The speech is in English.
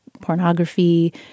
pornography